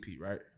right